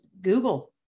Google